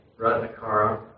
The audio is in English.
Ratnakara